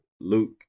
Luke